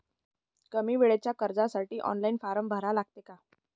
कमी वेळेच्या कर्जासाठी ऑनलाईन फारम भरा लागते का?